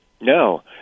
No